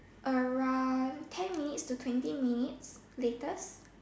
around ten minutes to twenty minutes latest